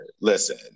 Listen